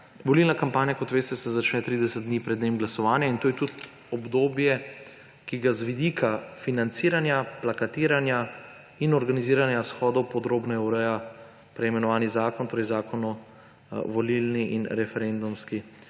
Volilna kampanja, kot veste, se začne 30 dni pred dnem glasovanja in to je tudi obdobje, ki ga z vidika financiranja, plakatiranja in organiziranja shodov podrobneje ureja prej imenovani zakon, torej Zakon o volilni in referendumski